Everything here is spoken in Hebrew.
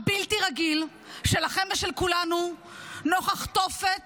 הבלתי-רגיל שלכם ושל כולנו נוכח תופת